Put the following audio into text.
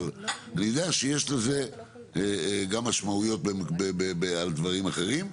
אבל אני יודע שיש לזה גם משמעויות על דברים אחרים,